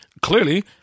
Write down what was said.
Clearly